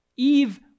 Eve